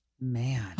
Man